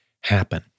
happen